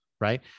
Right